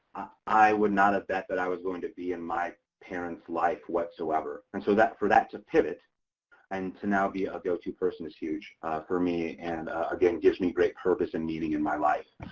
i would not have bet that i was going to be in my parents life whatsoever. and so that for that pivot and to now be a go-to-person is huge for me and, again, gives me great purpose and meaning in my life.